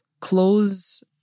close